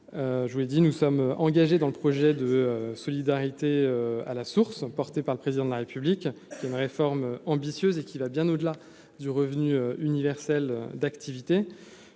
je vous l'ai dit, nous sommes engagés dans le projet de solidarité à la source, porté par le président de la République, c'est une réforme ambitieuse et qui va bien au-delà du revenu universel d'activité,